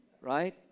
right